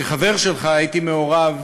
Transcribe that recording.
כחבר שלך הייתי מעורב